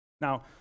Now